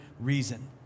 reason